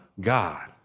God